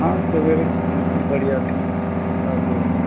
हाँ सवेरे बिल्कुल बढ़िया ठीक साफ हुआ था